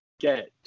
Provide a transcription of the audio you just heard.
Get